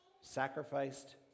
Sacrificed